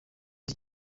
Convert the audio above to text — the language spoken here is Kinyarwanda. iki